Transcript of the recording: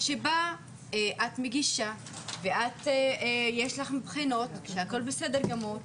שבה את מגישה, ואת יש לך בחינות, שהכל בסדר גמור,